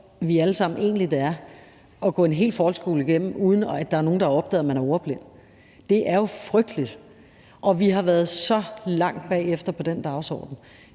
vi alle sammen egentlig, det er at gå en hel folkeskole igennem, uden at der er nogen, der opdager, at man er ordblind? Det er jo frygteligt, og vi har været så langt bagefter på den dagsorden.